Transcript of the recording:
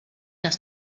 das